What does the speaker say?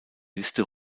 liste